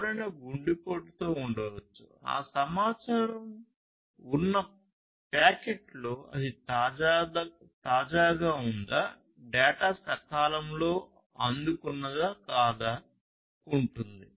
ఎవరైనా గుండెపోటుతో ఉండవచ్చు ఆ సమాచారం ఉన్న ప్యాకెట్ లో అది తాజాగా ఉందా డేటా సకాలంలో అందుకున్నదా కాదా ఉంటుంది